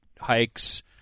hikes